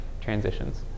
transitions